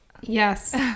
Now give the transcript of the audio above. Yes